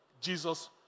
Jesus